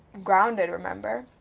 grounded, remember?